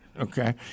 okay